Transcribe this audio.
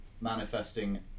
manifesting